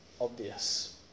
obvious